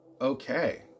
okay